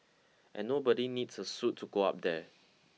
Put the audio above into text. and nobody needs a suit to go up there